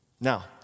Now